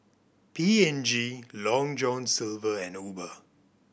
P and G Long John Silver and Uber